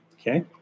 Okay